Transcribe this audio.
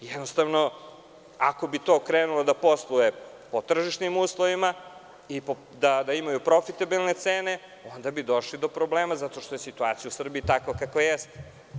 Ako bi to krenulo da posluje po tržišnim uslovima i da imaju profitabilne cene, onda bi došli do problema zato što je situacija u Srbiji takva kakva jeste.